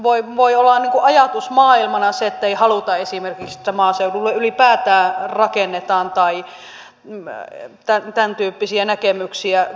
ajatusmaailmana voi olla se ettei haluta esimerkiksi että maaseudulle ylipäätään rakennetaan eheää yhdyskuntarakennetta ja muuta tämäntyyppisiä näkemyksiä